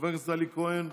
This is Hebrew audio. חבר הכנסת אלי כהן,